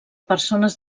persones